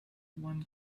one